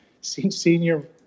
senior